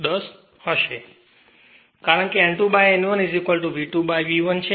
તેથી કારણ કે N2N1 V2V 1 છે